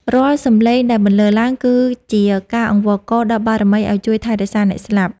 រាល់សំឡេងដែលបន្លឺឡើង គឺជាការអង្វរករដល់បារមីឱ្យជួយថែរក្សាអ្នកស្លាប់។